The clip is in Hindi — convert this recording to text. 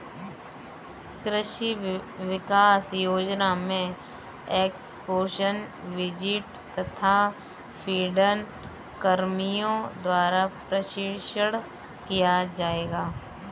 कृषि विकास योजना में एक्स्पोज़र विजिट तथा फील्ड कर्मियों द्वारा प्रशिक्षण किया जाएगा